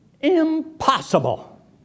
impossible